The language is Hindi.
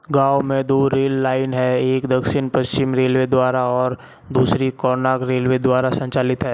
गाँव में दो रेल लाइन हैं एक दक्षिण पश्चिम रेलवे द्वारा और दूसरी रेलवे द्वारा संचालित है